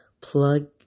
Plug